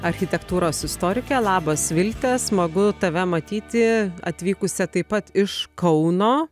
architektūros istorike labas vilte smagu tave matyti atvykusią taip pat iš kauno